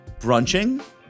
Brunching